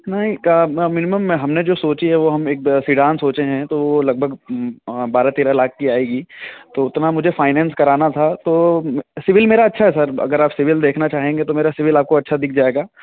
नहीं car minimum में हमने जो सोची है वह हम एक सिडान सोचे हैं तो वह लगभग बारह तेरह लाख की आएगी तो उतना मुझे फाइनेंस कराना था तो सिविल मेरा अच्छा है सर अगर आप सिविल देखना चाहेंगे तो मेरा सिविल आपको अच्छा दिख जाएगा